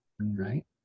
Right